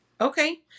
Okay